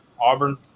Auburn